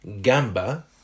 gamba